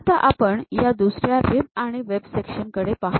आता आपण या दुसऱ्या रिब आणि वेब सेक्शन कडे पाहू